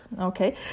okay